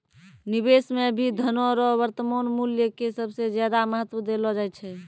निवेश मे भी धनो रो वर्तमान मूल्य के सबसे ज्यादा महत्व देलो जाय छै